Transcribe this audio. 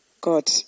God